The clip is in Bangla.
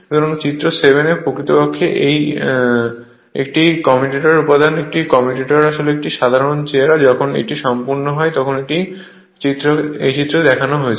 সুতরাং চিত্র 7 প্রকৃতপক্ষে একটি কমিউটেটরের উপাদান একটি কমিউটরের একটি সাধারণ চেহারা যখন এটি সম্পূর্ণ হয় তখন এটি এখানে এই চিত্রটিতে দেখানো হচ্ছে